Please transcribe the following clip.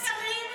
38 שרים,